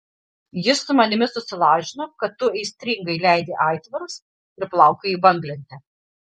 jis su manimi susilažino kad tu aistringai leidi aitvarus ir plaukioji banglente